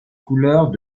couleurs